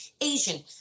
Asian